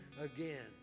again